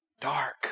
Dark